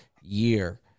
year